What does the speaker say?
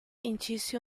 incise